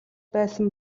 байсан